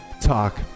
Talk